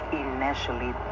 initially